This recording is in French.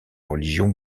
religion